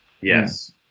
Yes